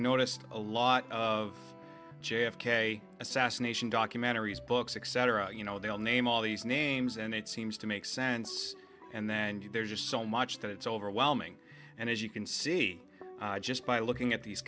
noticed a lot of j f k assassination documentaries books etc you know they all name all these names and it seems to make sense and then there's just so much that it's overwhelming and as you can see just by looking at these